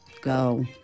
Go